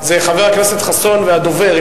זה חבר הכנסת חסון והדובר,